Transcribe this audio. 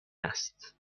است